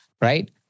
Right